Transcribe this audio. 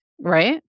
right